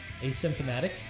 asymptomatic